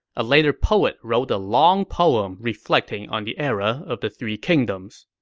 a later poet wrote a long poem reflecting on the era of the three kingdoms